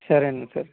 సరే అండి సరే